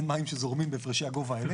אין מים שזורמים בהפרשי הגובה האלה,